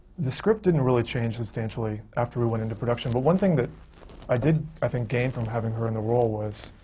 the script didn't really change substantially, after we went into production. but one thing that i did, i think, gain from having her in the role was,